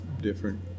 different